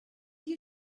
you